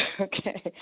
okay